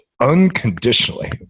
unconditionally